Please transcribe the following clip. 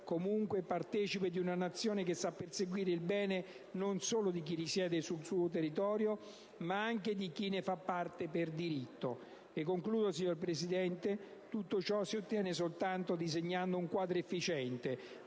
comunque partecipe di una Nazione che sa perseguire il bene non solo di chi risiede sul suo territorio ma anche di chi ne fa parte per diritto. E - concludo, signora Presidente - tutto ciò lo si ottiene soltanto disegnando un quadro efficiente,